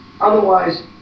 otherwise